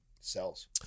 Cells